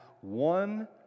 one